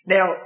Now